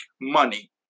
money